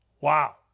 Wow